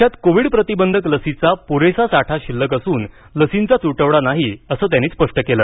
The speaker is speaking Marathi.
देशात कोविड प्रतिबंधक लसीचा पुरेसा साठा शिल्लक असून लसींचा तुटवडा नाही असं त्यांनी स्पष्ट केलं